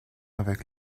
avec